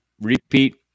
repeat